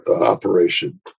operation